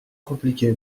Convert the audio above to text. compliqué